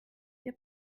der